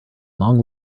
long